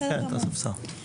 בסדר גמור.